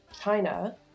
China